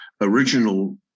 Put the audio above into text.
original